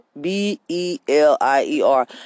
B-E-L-I-E-R